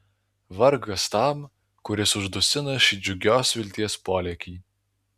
vargas tam kuris uždusina šį džiugios vilties polėkį